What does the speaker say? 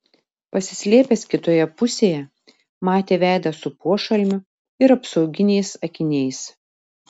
pasislėpęs kitoje pusėje matė veidą su pošalmiu ir apsauginiais akiniais